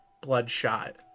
bloodshot